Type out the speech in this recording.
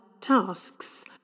tasks